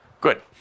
Good